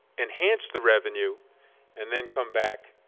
enhance the revenue and then come back,